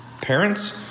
Parents